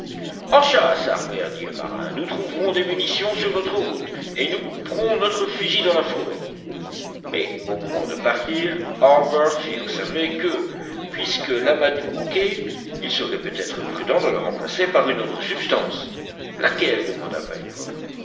en chasse harbert dit le marin nous trouverons des munitions sur notre route et nous couperons notre fusil dans la forêt mais au moment de partir harbert fit observer que puisque l'amadou manquait il serait peut-être prudent de le remplacer par une autre substance laquelle demanda pencroff